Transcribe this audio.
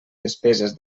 despeses